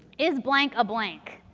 is blank a blank?